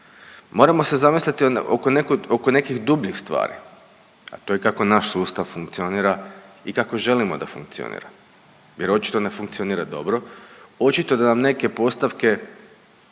Moramo se zamisliti oko nekih dubljih stvari. A to je kako naš sustav funkcionira i kako želimo da funkcionira. Jer očito ne funkcionira dobro, očito da vam neke postavke